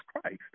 Christ